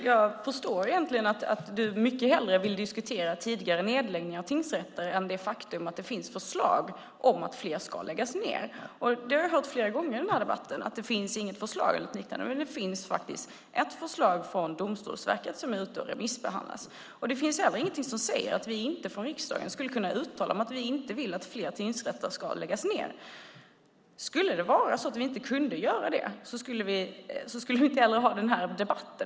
Fru talman! Jag förstår att du mycket hellre vill diskutera tidigare nedläggningar av tingsrätter än det faktum att det finns förslag om att fler ska läggas ned, Johan Linander. Jag har hört flera gånger i denna debatt att det inte finns något förslag. Det finns faktiskt ett förslag från Domstolsverket som är ute och remissbehandlas. Det finns heller ingenting som säger att vi från riksdagen inte skulle kunna uttala oss om att vi inte vill att fler tingsrätter ska läggas ned. Skulle det vara så att vi inte kunde göra det skulle vi inte heller ha denna debatt.